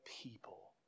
people